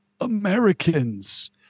Americans